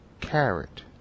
Carrot